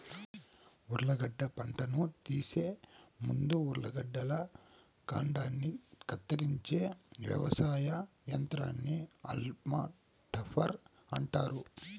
ఉర్లగడ్డ పంటను తీసే ముందు ఉర్లగడ్డల కాండాన్ని కత్తిరించే వ్యవసాయ యంత్రాన్ని హాల్మ్ టాపర్ అంటారు